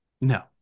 No